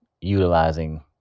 utilizing